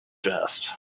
jest